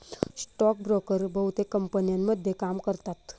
stock broker बहुतेक कंपन्यांमध्ये काम करतात